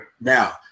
Now